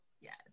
yes